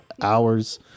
hours